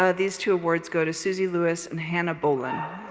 ah these two awards go to suzy lewis and hannah bollen.